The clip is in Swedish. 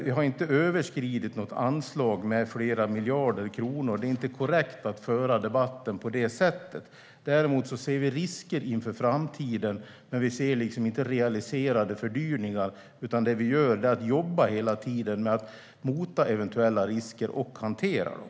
Vi har inte överskridit något anslag med flera miljarder kronor; det är inte korrekt att föra debatten på det sättet. Däremot ser vi risker inför framtiden, men vi ser inte realiserade fördyringar. Det vi gör är att hela tiden jobba med att mota eventuella risker och hantera dem.